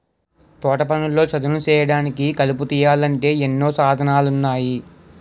తోటపనుల్లో చదును సేయడానికి, కలుపు తీయాలంటే ఎన్నో సాధనాలున్నాయి